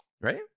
right